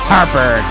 Harper